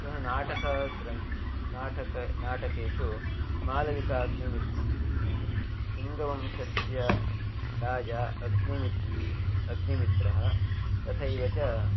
पुनः नाटकग्रन् नाटके नाटकेषु मालविकाग्निमित्रं शृङ्गवंशस्य राजा अग्निमित्रः अग्निमित्रः तथैव च